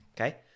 Okay